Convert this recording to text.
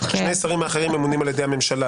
שני השרים האחרים ממונים על ידי הממשלה,